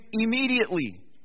immediately